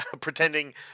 pretending